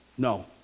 No